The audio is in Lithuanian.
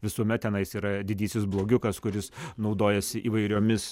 visuomet tenais yra didysis blogiukas kuris naudojasi įvairiomis